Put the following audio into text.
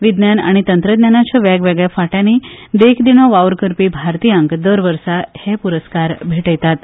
विज्ञान आनी तंत्रज्ञानाच्या वेगवेगळ्या फांट्यानी देख दिणो वावर करपी भारतीयांक दरवर्सा हे पुरस्कार दितात